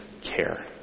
care